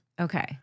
Okay